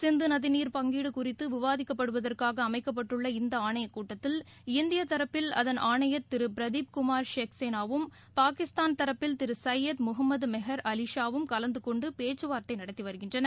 சிந்து நதிநீர் பங்கீடு குறித்து விவாதிக்கப்படுவதற்காக அமைக்கப்பட்டுள்ள இந்த ஆணையக் கூட்டத்தில் இந்திய தரப்பில் அதன் ஆணையர் திரு பிரதீப் குமார் ஷெக்செனாவும் பாகிஸ்தான் தரப்பில் திரு சையத் முகமது மெகர் அலிஷாவும் கலந்துகொண்டு பேச்சுவார்த்தை நடத்தி வருகின்றனர்